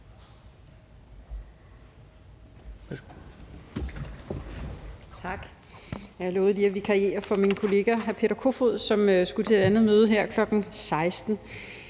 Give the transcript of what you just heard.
Tak. Jeg har lovet lige at vikariere for min kollega hr. Peter Kofod, som skulle til et andet møde her kl. 16.00.